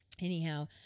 anyhow